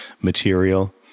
material